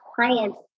clients